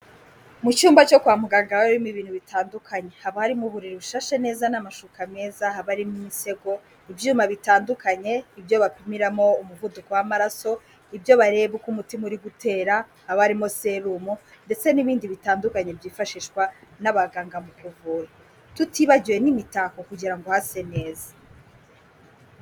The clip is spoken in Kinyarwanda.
Mucyumba cyo kwa muganga harimo ibintu bitandukanye, haba harimo uburiri bushashe neza n'amashuka meza, haba harimo imisego, ibyuma bitandukanye ibyo bapimiramo umuvuduko w'amaraso, ibyo bareba uko umutima uri gutera, abarimo serumo ndetse n'ibindi bitandukanye byifashishwa n'abaganga mu kuvura tutibagiwe n'imitako kugira ngo hase neza.